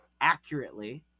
accurately